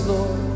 Lord